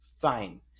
fine